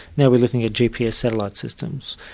now we're looking at gps satellite systems.